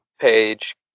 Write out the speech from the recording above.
page